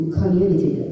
community